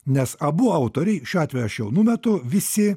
nes abu autoriai šiuo atveju aš jau numetu visi